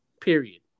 period